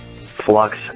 flux